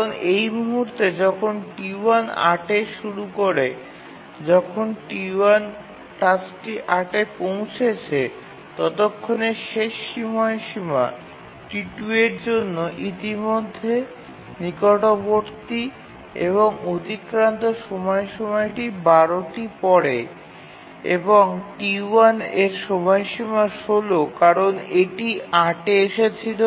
কারণ এই মুহুর্তে যখন T1 ৮ থেকে শুরু করে যখন T1 টাস্কটি ৮ এ পৌঁছেছে ততক্ষণে শেষ সময়সীমা T2 এর জন্য ইতিমধ্যে নিকটবর্তী এবং অতিক্রান্ত সময়সীমাটি ১২ টি এবং T1 এর সময়সীমা ১৬ কারণ এটি ৮ এ এসেছিল